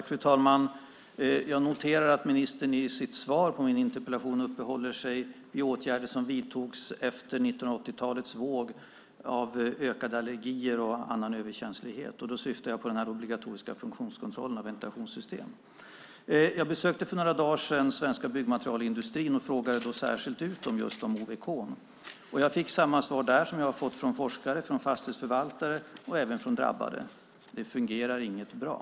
Fru talman! Jag noterar att ministern i sitt svar på min interpellation uppehåller sig vid åtgärder som vidtogs efter 1980-talets våg av ökade allergier och annan överkänslighet. Jag syftar på den obligatoriska funktionskontrollen av ventilationssystem. Jag besökte för några dagar sedan den svenska byggmaterialindustrin och frågade då särskilt ut dem just om OVK. Jag fick samma svar där som jag har fått från forskare, från fastighetsförvaltare och även från drabbade: Det fungerar inte bra.